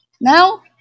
Now